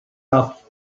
off